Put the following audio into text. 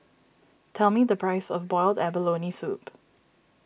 tell me the price of Boiled Abalone Soup